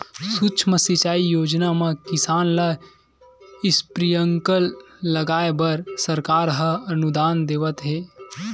सुक्ष्म सिंचई योजना म किसान ल स्प्रिंकल लगाए बर सरकार ह अनुदान देवत हे